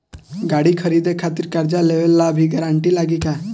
गाड़ी खरीदे खातिर कर्जा लेवे ला भी गारंटी लागी का?